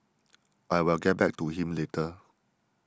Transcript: I will get back to him later